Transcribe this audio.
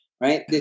right